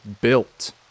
built